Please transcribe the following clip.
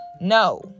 no